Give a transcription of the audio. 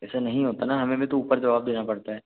ऐसा नहीं होता ना हमें भी तो ऊपर जवाब देना पड़ता है